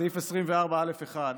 סעיף 24(א)(1)